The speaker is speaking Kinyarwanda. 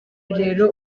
rero